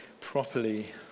properly